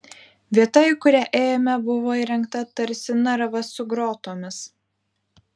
vieta į kurią ėjome buvo įrengta tarsi narvas su grotomis